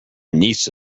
niece